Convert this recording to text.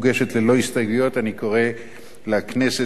אני קורא לכנסת להצביע בעד הצעת החוק